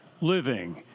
living